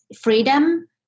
freedom